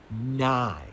Nine